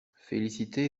félicité